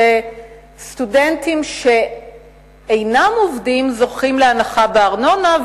שסטודנטים שאינם עובדים זוכים להנחה בארנונה,